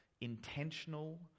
intentional